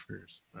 first